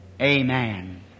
Amen